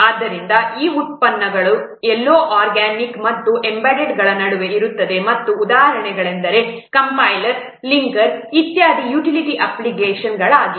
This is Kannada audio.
ಆದ್ದರಿಂದ ಈ ಉತ್ಪನ್ನಗಳು ಎಲ್ಲೋ ಆರ್ಗ್ಯಾನಿಕ್ ಮತ್ತು ಎಂಬೆಡೆಡ್ಗಳ ನಡುವೆ ಇರುತ್ತವೆ ಮತ್ತು ಉದಾಹರಣೆಗಳೆಂದರೆ ಕಂಪೈಲರ್ಗಳು ಲಿಂಕರ್ಗಳುಇತ್ಯಾದಿಗಳು ಯುಟಿಲಿಟಿ ಅಪ್ಲಿಕೇಶನ್ಗಳಾಗಿವೆ